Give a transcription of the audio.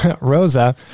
Rosa